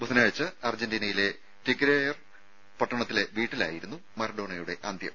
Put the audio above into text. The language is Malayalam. ബുധനാഴ്ച അർജന്റീനയിലെ ടിഗ്രേ യർ പട്ടണത്തിലെ വീട്ടിലായിരുന്നു മറഡോണയുടെ അന്തൃം